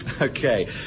Okay